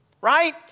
Right